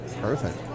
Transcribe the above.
Perfect